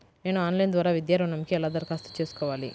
నేను ఆన్లైన్ ద్వారా విద్యా ఋణంకి ఎలా దరఖాస్తు చేసుకోవాలి?